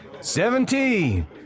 Seventeen